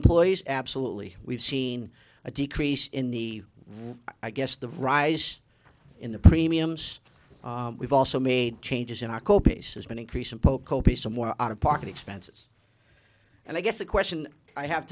employees absolutely we've seen a decrease in the i guess the rise in the premiums we've also made changes in our co pays has been increasing poco peace and more out of pocket expenses and i guess the question i have